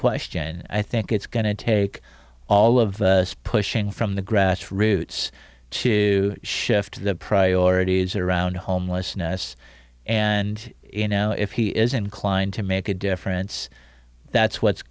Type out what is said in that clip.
question and i thing it's going to take all of pushing from the grass roots to shift the priorities around homelessness and you know if he is inclined to make a difference that's what's